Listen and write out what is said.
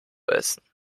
essen